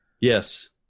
Yes